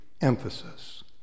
emphasis